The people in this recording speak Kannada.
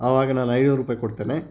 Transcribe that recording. ಆವಾಗ ನಾನು ಐದುನೂರು ರೂಪಾಯಿ ಕೊಡ್ತೇನೆ